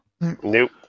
nope